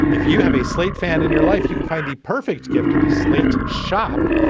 if you have a slate fan in your life, you can find the perfect gift at the slate shop,